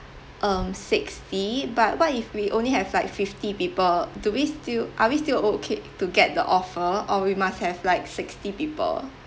um sixty but what if we only have like fifty people do we still are we still okay to get the offer or we must have like sixty people